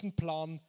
plan